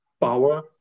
power